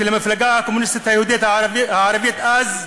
של המפלגה הקומוניסטית היהודית-ערבית אז,